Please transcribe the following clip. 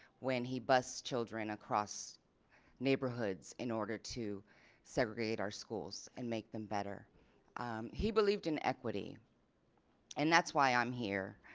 when he bussed children across neighborhoods in order to segregate our schools and make them better he believed in equity and that's why i'm here.